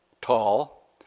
tall